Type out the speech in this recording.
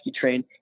train